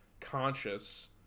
conscious